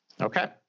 Okay